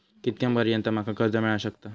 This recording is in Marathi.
कितक्या पर्यंत माका कर्ज मिला शकता?